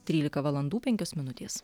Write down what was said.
trylika valandų penkios minutės